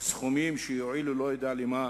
סכומים שיועילו, לא יודע למה,